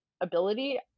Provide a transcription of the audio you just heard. ability